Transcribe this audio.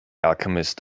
alchemist